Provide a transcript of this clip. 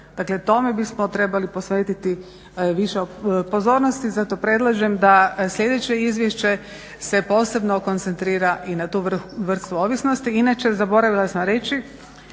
Dakle, tome bismo trebali posvetiti više pozornosti. Zato predlažem da sljedeće izvješće se posebno koncentrira i na tu vrstu ovisnosti. Inače, zaboravila sam reći